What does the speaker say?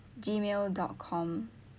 gmail dot com